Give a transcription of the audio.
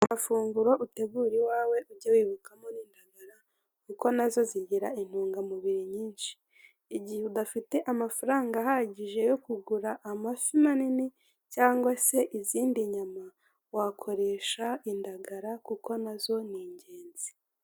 Mu mafunguro utegura iwawe ujye wibukamo n'indagara kuko nazo zigira intungamubiri nyinshi, igihe udafite amafaranga ahagije yo kugura amafi manini cyangwa se izindi nyama wakoresha indagara kuko nazo ni ingenzi.